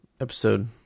episode